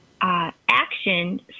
action